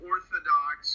Orthodox